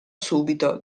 subito